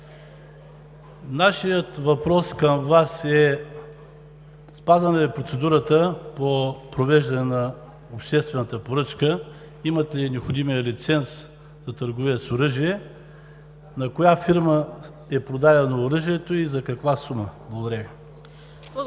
Нашият въпрос към Вас е: спазена ли е процедурата по провеждане на обществената поръчка, имат ли необходимия лиценз за търговия с оръжие, на коя фирма е продадено оръжието и за каква сума? Благодаря